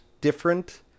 different